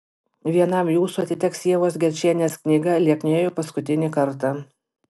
vienam jūsų atiteks ievos gerčienės knyga lieknėju paskutinį kartą